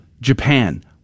Japan